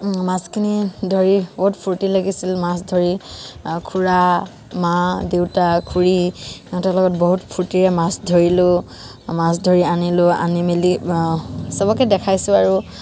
মাছখিনি ধৰি বহুত ফূৰ্তি লাগিছিল মাছ ধৰি খুড়া মা দেউতা খুড়ীহঁতৰ লগত বহুত ফূৰ্তিৰে মাছ ধৰিলোঁ মাছ ধৰি আনিলোঁ আনি মেলি চবকে দেখাইছোঁ আৰু